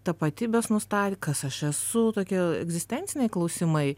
tapatybės nustat kas aš esu tokie egzistenciniai klausimai